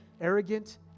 arrogant